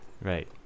Right